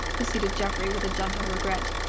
proceeded geoffrey with gentle regret.